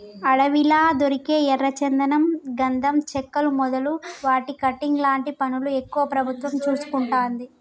అడవిలా దొరికే ఎర్ర చందనం గంధం చెక్కలు మొదలు వాటి కటింగ్ లాంటి పనులు ఎక్కువ ప్రభుత్వం చూసుకుంటది